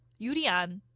yoo li-an,